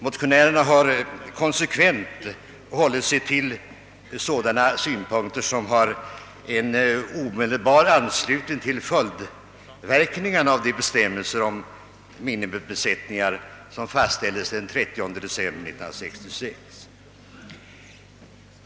Motionärerna har konsekvent hållit sig till sådana synpunkter som har en omedelbar anslutning till följdverkningarna av de bestämmelser om minimibesättningar som fastställdes den 30 december 1966.